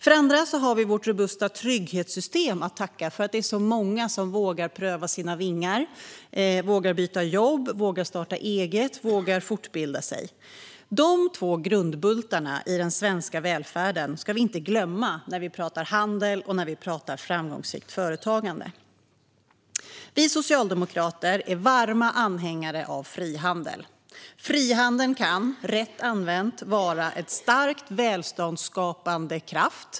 Vi har också vårt robusta trygghetssystem att tacka för att det är så många som vågar pröva sina vingar - vågar byta jobb, vågar starta eget och vågar fortbilda sig. Dessa två grundbultar i den svenska välfärden ska vi inte glömma när vi talar om handel och när vi talar om framgångsrikt företagande. Vi socialdemokrater är varma anhängare av frihandel. Frihandeln kan, rätt använd, vara en starkt välståndsskapande kraft.